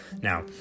Now